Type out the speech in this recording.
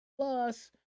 Plus